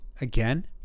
again